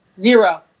zero